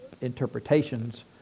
interpretations